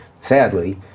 sadly